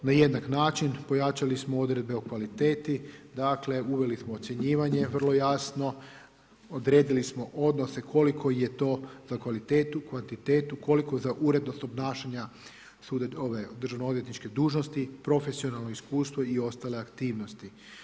Na jednak način pojačali smo odredbe o kvaliteti, uveli smo ocjenjivanje vrlo jasno, odredili smo odnose koliko je to za kvalitetu, kvantitetu, koliko za urednost obnašanja državno-odvjetničke dužnosti profesionalno iskustvo i ostale aktivnosti.